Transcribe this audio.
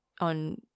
on